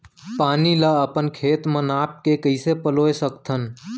पानी ला अपन खेत म नाप के कइसे पलोय सकथन?